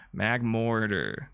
Magmortar